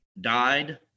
died